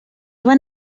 van